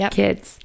kids